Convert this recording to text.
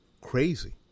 crazy